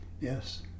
yes